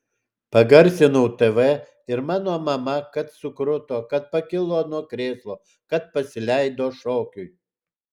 pagarsinau tv ir mano mama kad sukruto kad pakilo nuo krėslo kad pasileido šokiui